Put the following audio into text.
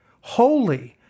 holy